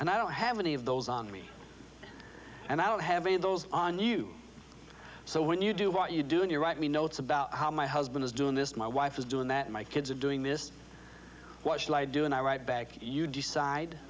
and i don't have any of those on me and i don't have any of those on you so when you do what you're doing you're right we know it's about how my husband is doing this my wife is doing that my kids are doing this why should i do and i write back you decide